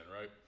right